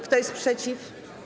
Kto jest przeciw?